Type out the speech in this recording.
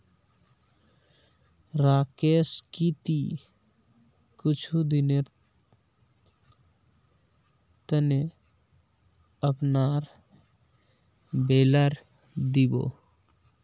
राकेश की ती कुछू दिनेर त न अपनार बेलर दी बो